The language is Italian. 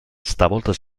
stavolta